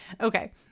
Okay